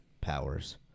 powers